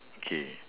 okay